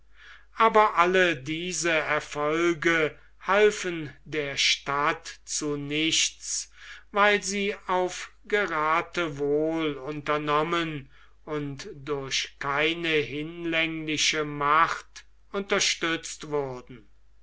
aber alle diese erfolge halfen der stadt zu nichts weil sie auf gerathewohl unternommen und durch keine hinlängliche macht unterstützt wurden